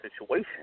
situation